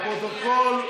לפרוטוקול,